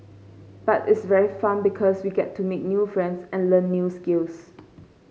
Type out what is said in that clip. but it's very fun because we get to make new friends and learn new skills